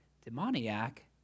demoniac